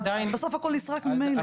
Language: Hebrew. אבל בסוף הכול נסרק ממילא.